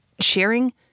sharing